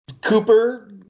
cooper